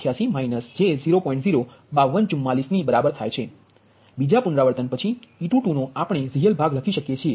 05244 ની બરાબર થાય છે બીજા પુનરાવૃત્તન પછી e22નો આપણે રીઅલ ભાગ લખી શકીએ છીએ